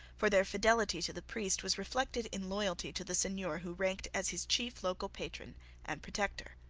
for their fidelity to the priest was reflected in loyalty to the seigneur who ranked as his chief local patron and protector.